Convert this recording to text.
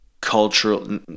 cultural